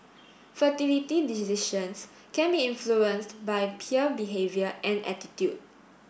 fertility decisions can be influenced by peer behaviour and attitude